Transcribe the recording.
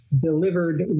delivered